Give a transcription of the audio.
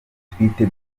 twiteguye